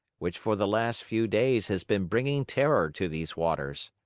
which, for the last few days, has been bringing terror to these waters.